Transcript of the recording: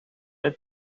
het